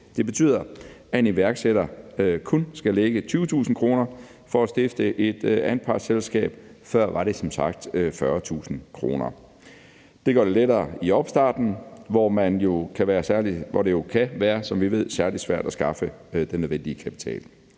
Det betyder, at en iværksætter kun skal lægge 20.000 kr. for at stifte et anpartsselskab. Før var det som sagt 40.000 kr. Det gør det lettere i opstarten, hvor det jo, som vi ved, kan være særlig svært at skaffe den nødvendige kapital.